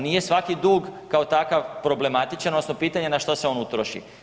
Nije svaki dug kao takav problematičan odnosno pitanje na što se on utroši.